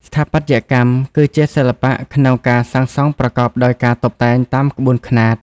ស្ថាបត្យកម្ម គឺជាសិល្បៈក្នុងការសាងសង់ប្រកបដោយការតុបតែងតាមក្បួនខ្នាត ។